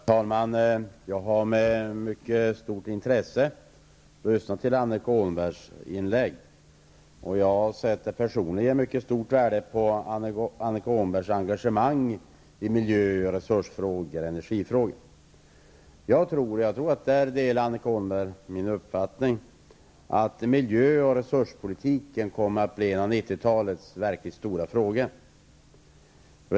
Herr talman! Jag har med mycket stort intresse lyssnat till Annika Åhnbergs inlägg. Jag sätter personligen mycket stort värde på hennes engagemang i miljö-, resurs och energifrågor. Jag tror -- och där delar Annika Åhnberg min uppfattning -- att miljö och resurspolitiken kommer att bli en av 1990-talets verkligt stora frågor.